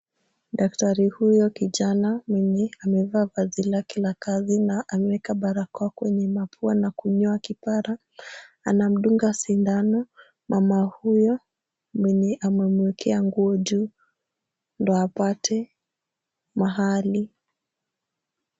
Daktari huyo kijana mwenye amevaa vazi llake la kazi na amevaa barakoa kwenye mapua na kunyoa kipara, anamdunga sindano mama huyo, mwenye amemwekea nguo juu ndio apate mahali,